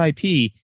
IP